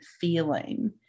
feeling